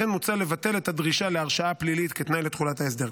לכן מוצע לבטל את הדרישה להרשעה פלילית כתנאי לתחולת ההסדר.